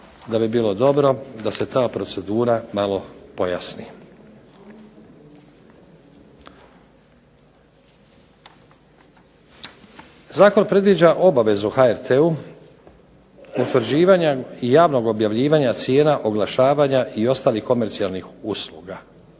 da bi bilo dobro da se ta procedura malo pojasni. Zakon predviđa obvezu HRT-a utvrđivanja, javnog objavljivanja cijena, oglašavanja i ostalih komercijalnih usluga.